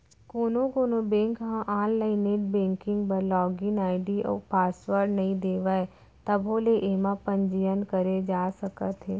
कोनो कोनो बेंक ह आनलाइन नेट बेंकिंग बर लागिन आईडी अउ पासवर्ड नइ देवय तभो ले एमा पंजीयन करे जा सकत हे